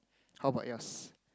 how about yours